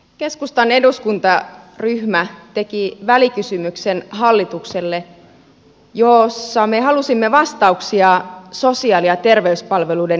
keskustan eduskuntaryhmä teki hallitukselle välikysymyksen jossa me halusimme vastauksia sosiaali ja terveyspalveluiden järjestämiseksi